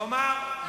כלומר,